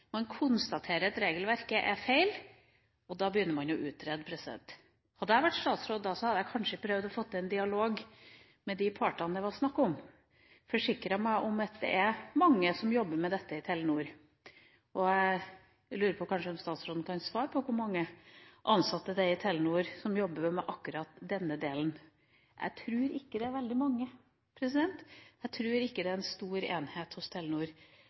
man konstaterer at regelverket er feil, og da begynner man å utrede. Hadde jeg vært statsråd da, hadde jeg kanskje prøvd å få til en dialog med de partene som det var snakk om, og forsikret meg om at det er mange som jobber med dette i Telenor. Jeg lurer på om kanskje statsråden kan svare på hvor mange ansatte det er i Telenor som jobber med akkurat denne delen? Jeg tror ikke det er veldig mange, jeg tror ikke det er en stor enhet hos Telenor